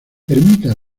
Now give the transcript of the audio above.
ermita